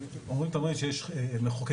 אנחנו צריכים להבין,